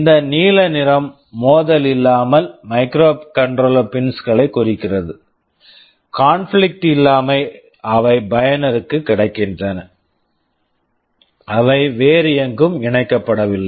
இந்த நீல நிறம் மோதல் இல்லாமல் மைக்ரோகண்ட்ரோலர் பின்ஸ் microcontroller pins களைக் குறிக்கிறது கான்பிளிக்ட் conflict இல்லாமல் அவை பயனருக்குக் கிடைக்கின்றன அவை வேறு எங்கும் இணைக்கப்படவில்லை